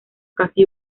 casi